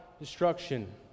destruction